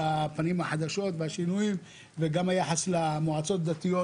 והפנים החדשות והשינויים וגם היחס למועצות הדתיות